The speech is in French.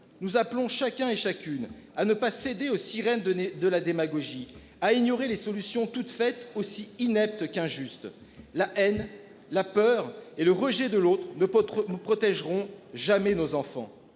Nous appelons chacun et chacune à ne pas céder aux sirènes de de la démagogie a ignoré les solutions toutes faites aussi inepte qu'injuste la haine la peur et le rejet de l'autre, ne pas nous protégerons jamais nos enfants.